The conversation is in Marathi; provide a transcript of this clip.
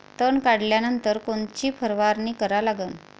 तन काढल्यानंतर कोनची फवारणी करा लागन?